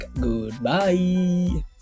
Goodbye